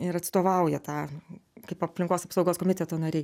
ir atstovauja tą kaip aplinkos apsaugos komiteto nariai